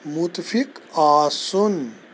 مُتفِق آسُن